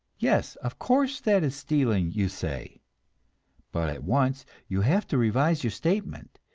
yes, of course, that is stealing, you say but at once you have to revise your statement.